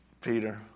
Peter